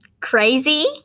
crazy